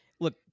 look